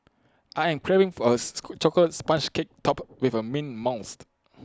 I am craving for A Chocolate Sponge Cake Topped with A mint monster